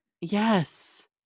Yes